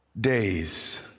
days